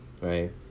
right